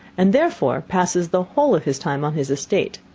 and, therefore, passes the whole of his time on his estate.